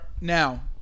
Now